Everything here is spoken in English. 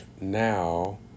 now